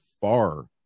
far